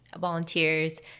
volunteers